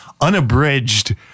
unabridged